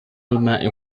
الماء